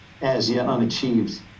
as-yet-unachieved